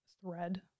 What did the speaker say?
thread